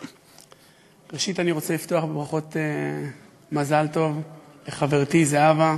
אני רוצה לפתוח בברכות מזל טוב לחברתי זהבה.